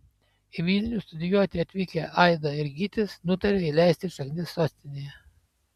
į vilnių studijuoti atvykę aida ir gytis nutarė įleisti šaknis sostinėje